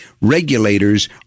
regulators